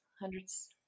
hundreds